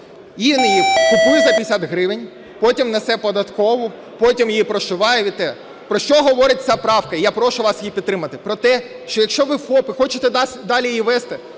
Він її купує за 50 гривень, потім несе в податкову, потім її прошиває… Про що говорить ця правка? Я прошу вас її підтримати. Про те, що якщо ви ФОП і хочете її далі ввести,